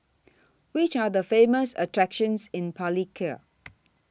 Which Are The Famous attractions in Palikir